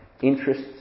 interests